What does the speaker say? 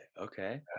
okay